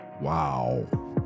Wow